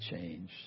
change